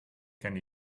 can